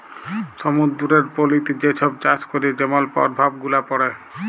সমুদ্দুরের পলিতে যে ছব চাষ ক্যরে যেমল পরভাব গুলা পড়ে